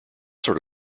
sort